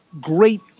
great